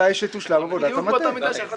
מתי שתושלם עבודת המטה.